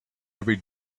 every